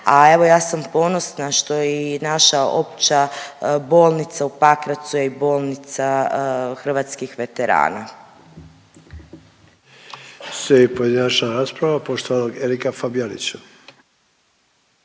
a evo, ja sam ponosna što i naša Opća bolnica u Pakracu je i bolnica hrvatskih veterana.